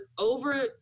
over